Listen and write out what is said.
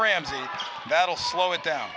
ramsey that'll slow it down